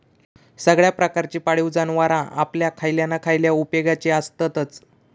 सगळ्या प्रकारची पाळीव जनावरां आपल्या खयल्या ना खयल्या उपेगाची आसततच